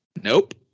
Nope